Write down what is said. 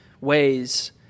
ways